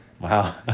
Wow